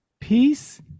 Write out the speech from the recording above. peace